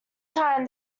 time